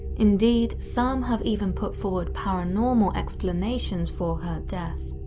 indeed, some have even put forward paranormal explanations for her death.